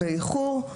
באיחור,